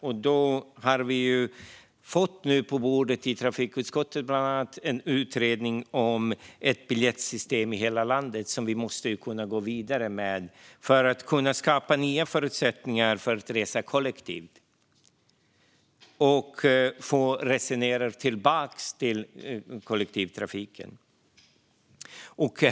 Vi har nu i trafikutskottet bland annat fått på bordet en utredning om ett biljettsystem i hela landet, som vi måste gå vidare med för att kunna skapa nya förutsättningar för att resa kollektivt och för att få tillbaka resenärer till kollektivtrafiken.